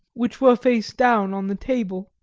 which were face down on the table.